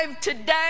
today